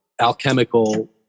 alchemical